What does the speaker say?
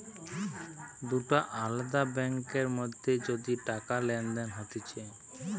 দুটা আলদা ব্যাংকার মধ্যে যদি টাকা লেনদেন হতিছে